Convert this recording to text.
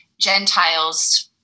Gentiles